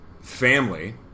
family